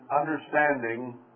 understanding